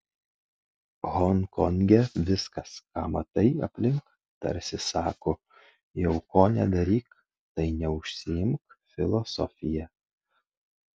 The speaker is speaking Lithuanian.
honkonge viskas ką matai aplink tarsi sako jau ko nedaryk tai neužsiimk filosofija